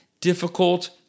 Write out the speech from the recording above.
difficult